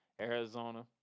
Arizona